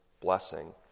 blessing